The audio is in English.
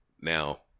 Now